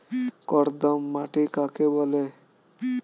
কর্দম মাটি কাকে বলে?